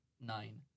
Nine